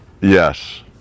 Yes